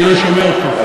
אני לא שומע אותך.